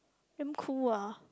damn cool ah